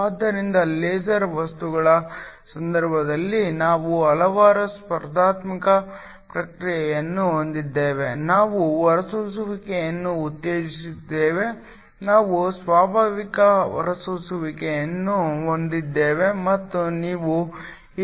ಆದ್ದರಿಂದ ಲೇಸರ್ ವಸ್ತುಗಳ ಸಂದರ್ಭದಲ್ಲಿ ನಾವು ಹಲವಾರು ಸ್ಪರ್ಧಾತ್ಮಕ ಪ್ರಕ್ರಿಯೆಯನ್ನು ಹೊಂದಿದ್ದೇವೆ ನಾವು ಹೊರಸೂಸುವಿಕೆಯನ್ನು ಉತ್ತೇಜಿಸಿದ್ದೇವೆ ನಾವು ಸ್ವಾಭಾವಿಕ ಹೊರಸೂಸುವಿಕೆಯನ್ನು ಹೊಂದಿದ್ದೇವೆ ಮತ್ತು ನಾವು ಹೀರಿಕೊಳ್ಳುವಿಕೆಯನ್ನು ಹೊಂದಿದ್ದೇವೆ